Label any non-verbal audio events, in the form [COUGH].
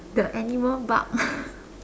the animal bark [LAUGHS]